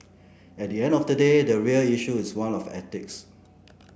at the end of the day the real issue is one of ethics